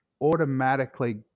automatically